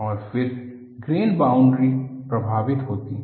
और फिर grain boundary प्रभावित होती हैं